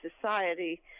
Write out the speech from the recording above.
society